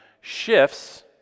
shifts